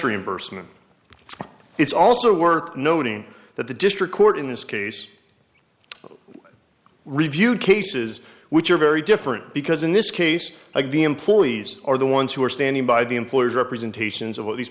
reimbursement it's also worth noting that the district court in this case review cases which are very different because in this case of the employees are the ones who are standing by the employer's representations of what these